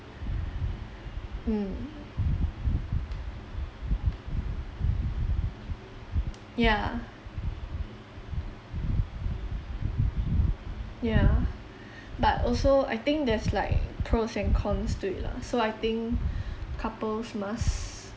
mm yeah yeah but also I think there's like pros and cons to it lah so I think couples must